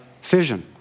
fission